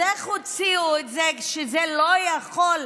אז איך הוציאו את זה כשזה לא יחול,